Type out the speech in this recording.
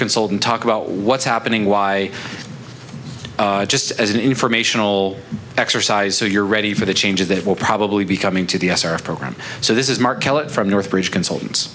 consult and talk about what's happening why just as an informational exercise so you're ready for the changes that will probably be coming to the u s our program so this is mark from northbridge consultants